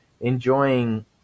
enjoying